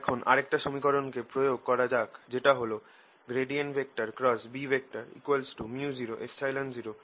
এখন আরেকটা সমিকরন কে প্রয়োগ করা যাক যেটা হল Bµ00E∂t